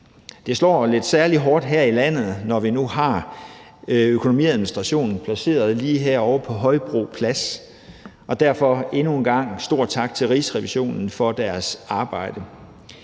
Det slår lidt særlig hårdt her i landet, når vi nu har økonomiadministrationen placeret lige herovre på Højbro Plads. Og derfor endnu en gang en stor tak til Rigsrevisionen for deres arbejde.